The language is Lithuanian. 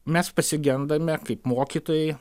mes pasigendame kaip mokytojai